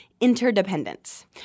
interdependence